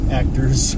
actors